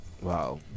Wow